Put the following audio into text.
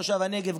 תושב הנגב,